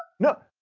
no,